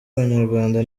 abanyarwanda